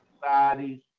societies